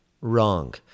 Wrong